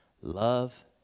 love